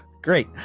Great